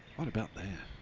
what about that?